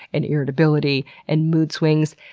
and irritability, and mood swings.